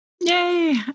Yay